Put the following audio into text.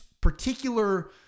particular